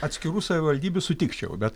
atskirų savivaldybių sutikčiau bet